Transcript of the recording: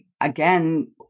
again